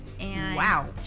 Wow